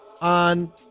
on